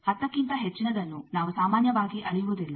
ಹತ್ತಕ್ಕಿಂತ ಹೆಚ್ಚಿನದನ್ನು ನಾವು ಸಾಮಾನ್ಯವಾಗಿ ಅಳೆಯುವುದಿಲ್ಲ